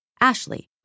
Ashley